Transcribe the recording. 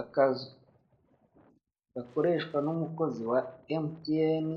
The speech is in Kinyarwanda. Akazu gakoreshwa n'umukozi wa mtn gakoreshwa n'umukozi wa mtn